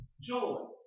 joy